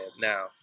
Now